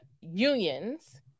unions